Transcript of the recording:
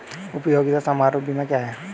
उपयोगिता समारोह बीमा क्या है?